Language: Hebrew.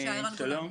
בזום.